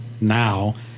now